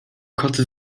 koty